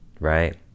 Right